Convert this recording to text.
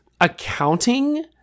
accounting –